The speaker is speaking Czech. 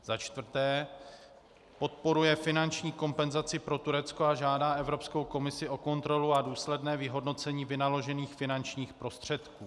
za čtvrté podporuje finanční kompenzaci pro Turecko a žádá Evropskou komisi o kontrolu a důsledné vyhodnocení vynaložených finančních prostředků;